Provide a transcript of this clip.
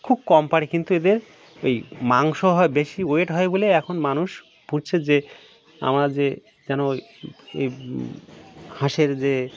খুব কম পাড়ে কিন্তু এদের ওই মাংস হয় বেশি ওয়েট হয় বলে এখন মানুষ বুঝছে যে আমরা যে যেন এই হাঁসের যে